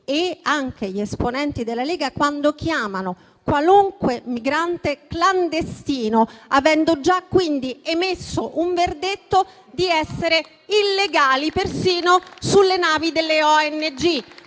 ma anche gli esponenti della Lega quando chiamano qualunque migrante "clandestino", avendo già quindi emesso un verdetto di essere illegali persino sulle navi delle ONG,